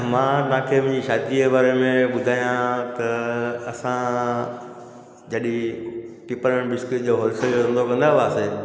मां तव्हांखे मुंजी शादीअ बारे में ॿुधायां त असां जॾहिं टिपण बिस्किट जो होलसेल धंधो कंदा हुआसीं